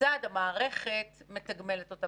כיצד המערכת מתגמלת אותם.